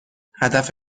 هدف